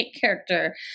character